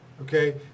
Okay